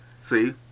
See